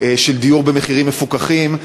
של דיור במחירים מפוקחים.